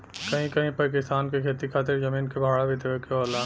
कहीं कहीं पर किसान के खेती खातिर जमीन क भाड़ा भी देवे के होला